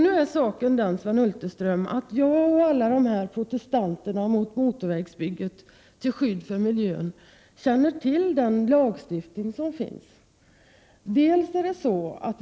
Nu är saken den, Sven Hulterström, att jag och alla de andra som protesterar mot motorvägsbygget känner till den lagstiftning som finns till skydd för miljön.